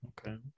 Okay